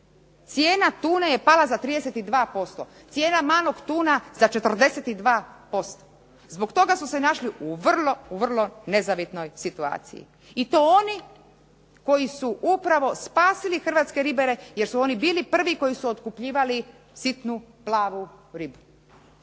cijena tune je pala za 32%, cijena malog tuna za 42%. Zbog toga su se našli u vrlo, vrlo nezavidnoj situaciji i to oni koji su upravo spasili hrvatske ribare jer su oni bili prvi koji su otkupljivali sitnu plavu ribu.